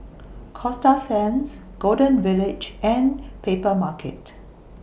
Coasta Sands Golden Village and Papermarket